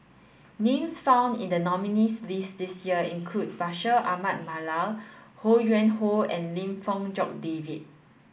names found in the nominees' list this year include Bashir Ahmad Mallal Ho Yuen Hoe and Lim Fong Jock David